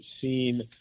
seen